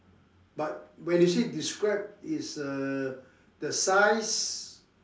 but when you say describe is uh the size